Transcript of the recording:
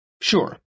Sure